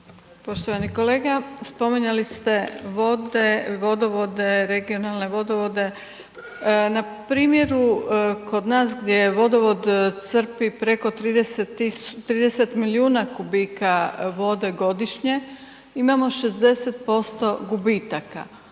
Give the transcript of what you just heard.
Poštovani kolega, spominjali ste vode, vodovode, regionalne vodovode. Na primjeru kod nas gdje vodovod crpi preko 30 milijuna kubika vode godišnje imamo 60% gubitaka.